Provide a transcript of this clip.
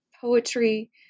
poetry